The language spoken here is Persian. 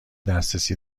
دسترسی